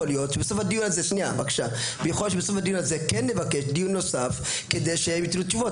יכול להיות שבסוף הדיון הזה כן נבקש דיון נוסף כדי שהם ייתנו תשובות.